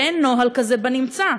ואין נוהל כזה בנמצא.